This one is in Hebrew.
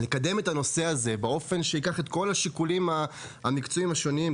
לקדם את הנושא הזה באופן שייקח את כל השיקולים המקצועיים השונים,